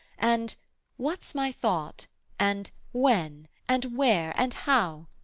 and what's my thought and when and where and how,